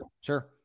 Sure